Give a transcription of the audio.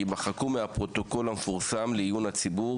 יימחקו מהפרוטוקול המפורסם לעיון הציבור